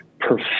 perfect